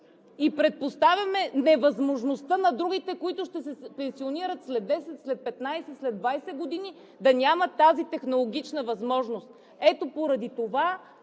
и предпоставяме невъзможността на другите, които ще се пенсионират след 10, след 15, след 20 години, да нямат тази технологична възможност. Ето поради това